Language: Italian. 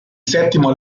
settimo